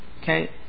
Okay